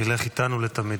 זה ילך איתנו תמיד.